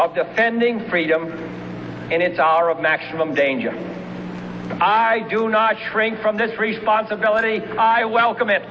of defending freedom and its hour of maximum danger i do not shrink from this responsibility i welcome it